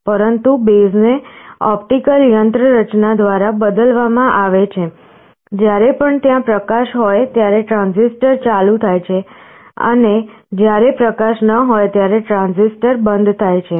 પરંતુ બેઝ ને ઓપ્ટિકલ યંત્રરચના દ્વારા બદલવામાં આવે છે જ્યારે પણ ત્યાં પ્રકાશ હોય ત્યારે ટ્રાંઝિસ્ટર ચાલુ થાય છે અને જ્યારે પ્રકાશ ન હોય ત્યારે ટ્રાંઝિસ્ટર બંધ થાય છે